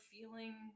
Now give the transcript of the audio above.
feeling